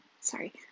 sorry